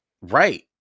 Right